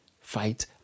fight